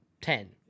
ten